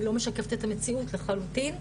היא לא משקפת את המציאות לחלוטין,